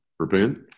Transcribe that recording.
Repent